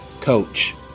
Coach